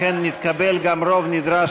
לכן נתקבל גם רוב נדרש,